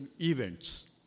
events